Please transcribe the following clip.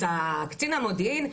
את קצין המודיעין,